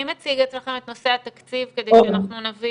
מי מציג אצלכם את נושא התקציב כדי שאנחנו נבין?